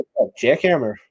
Jackhammer